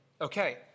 Okay